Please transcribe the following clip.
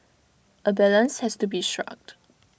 A balance has to be struck